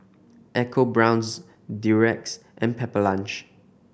EcoBrown's Durex and Pepper Lunch